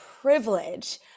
privilege